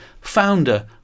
founder